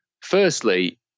Firstly